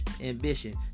ambition